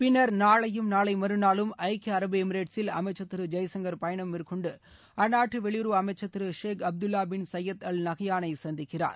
பின்னர் நாளையும் நாளை மறுநாளும் ஐக்கிய அரபு எமிரேட்ஸில் அமைச்சர் திரு ஜெய்சங்கர் பயணம் மேற்கொண்டு அந்நாட்டு வெளியுறவு அமைச்சர் திரு Sheikh Abdullah bin Zayed Al நஹ்யானை சந்திக்கிறார்